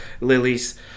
lilies